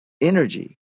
energy